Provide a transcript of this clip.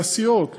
מעשיות,